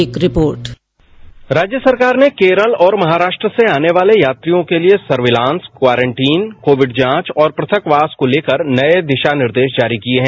एक रिपोर्ट राज्य सरकार ने केरल और महाराष्ट्र से आने वाले यात्रियों के लिए सर्विलांस क्वॉरेंटाइन कोविड जांच और पृथकवास को लेकर नए दिशा निर्देश जारी किए हैं